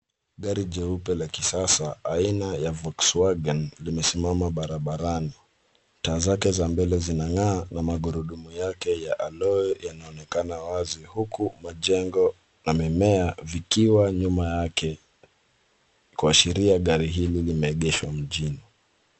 Gari jeupe la kisasa aina ya Volkswagen limesimama barabarani. Taa zake za mbele zinang'aa na magurudumu yake ya aloi yanaonekana wazi huku majengo na mimea vikiwa nyuma yake kuashiria gari hili limeegeshwa mjini.